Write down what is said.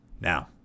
Now